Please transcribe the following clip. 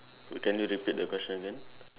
can you repeat the question again